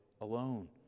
alone